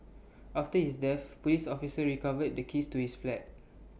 after his death Police officers recovered the keys to his flat